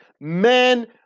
men